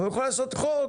הוא יכול לעסוק חוק